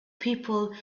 people